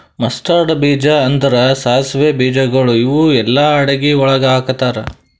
mustard ಬೀಜ ಅಂದುರ್ ಸಾಸಿವೆ ಬೀಜಗೊಳ್ ಇವು ಎಲ್ಲಾ ಅಡಗಿ ಒಳಗ್ ಹಾಕತಾರ್